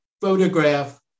photograph